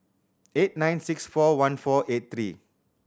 eight nine six four one four eight three